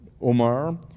Omar